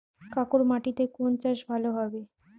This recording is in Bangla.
কাঁকর মাটিতে কোন চাষ ভালো হবে?